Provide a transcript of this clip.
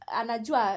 anajua